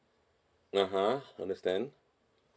(uh huh) understand